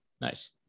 nice